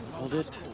hold it.